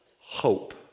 hope